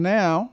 now